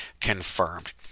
confirmed